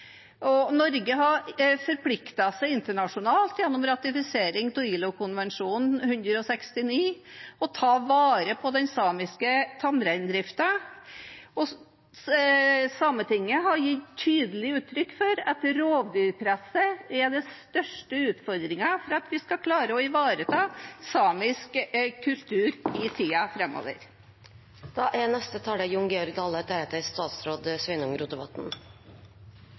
Norge har forpliktet seg internasjonalt gjennom ratifisering av ILO-konvensjon nr. 169 til å ta vare på den samiske tamreindriften, og Sametinget har gitt tydelig uttrykk for at rovdyrpresset er den største utfordringen for at vi skal klare å ivareta samisk kultur i